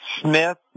Smith